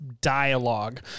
dialogue